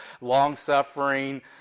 long-suffering